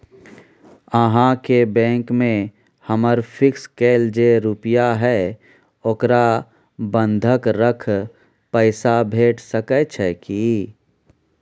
अहाँके बैंक में हमर फिक्स कैल जे रुपिया हय ओकरा बंधक रख पैसा भेट सकै छै कि?